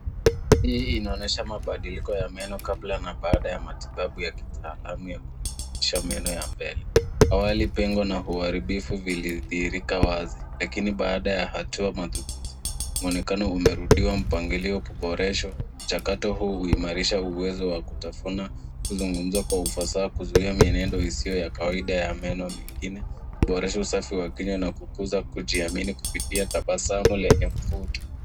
Hii inaonyesha mabadiliko ya meno kabla na baada ya matibabu ya kitaalamu ya kurekebisha meno ya mbele. Awali pengo na uharibifu vilidhihirika wazi, lakini baada ya hatua madhubuti muonekano umerudiwa, mpangilio kuboreshwa. Mchakato huu huimarisha uwezo wa kutafuna, kuzungumza kwa ufasaha, kuzuia mienendo isiyo ya kawaida ya meno mingine, kuboresha usafi wa kinywa na kukuza kujiamini kupitia tabasamu lenye mvuto.